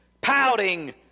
pouting